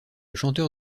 chanteur